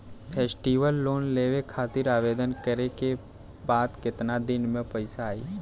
Festival loan लेवे खातिर आवेदन करे क बाद केतना दिन म पइसा आई?